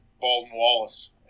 Baldwin-Wallace